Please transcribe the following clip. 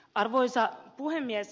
arvoisa puhemies